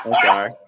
sorry